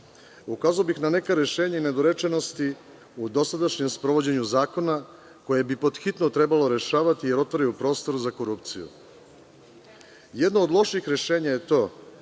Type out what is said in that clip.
ukazao bih na neka rešenja i nedorečenosti u dosadašnjem sprovođenju zakona, koje bi podhitno trebalo rešavati jer otvaraju prostor za korupciju. Jedno od loših rešenja je to